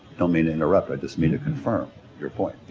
don't mean to interrupt, i just mean to confirm your point.